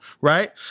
right